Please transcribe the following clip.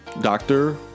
Doctor